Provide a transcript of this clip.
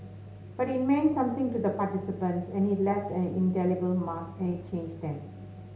but it meant something to the participants and it left an indelible mark and it changed them